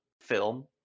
film